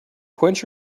quench